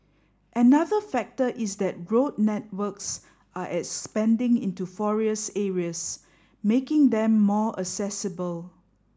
another factor is that road networks are expanding into forest areas making them more accessible